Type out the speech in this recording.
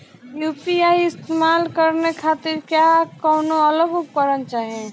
UPI इस्तेमाल करने खातिर क्या कौनो अलग उपकरण चाहीं?